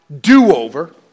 do-over